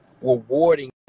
rewarding